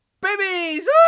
babies